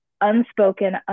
unspoken